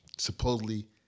supposedly